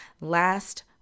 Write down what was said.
Last